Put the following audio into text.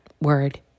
word